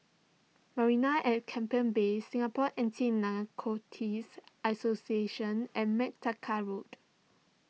Marina at Keppel Bay Singapore Anti Narcotics Association and MacTaggart Road